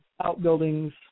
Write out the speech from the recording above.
outbuildings